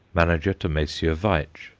manager to messrs. veitch,